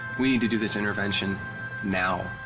we need to do this intervention now.